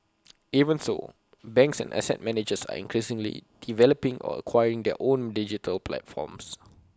even so banks and asset managers are increasingly developing or acquiring their own digital platforms